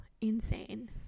insane